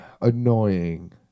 annoying